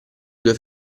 due